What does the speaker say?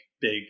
big